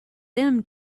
them